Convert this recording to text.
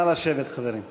נא לשבת, חברים.